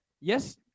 Yes